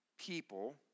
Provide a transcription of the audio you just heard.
people